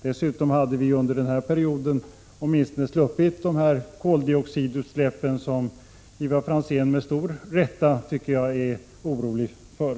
Vidare hade vi under den aktuella perioden sluppit åtminstone de koldioxidutsläpp som Ivar Franzén, som jag tycker med stor rätt, är orolig för.